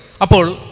Apol